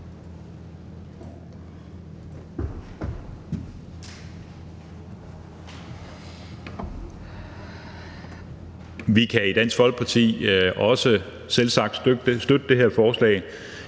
Vi kan i Dansk Folkeparti selvsagt også støtte det her forslag.